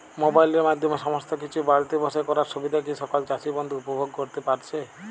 মোবাইলের মাধ্যমে সমস্ত কিছু বাড়িতে বসে করার সুবিধা কি সকল চাষী বন্ধু উপভোগ করতে পারছে?